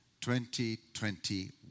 2021